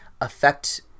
affect